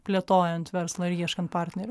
plėtojant verslą ir ieškant partnerių